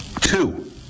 Two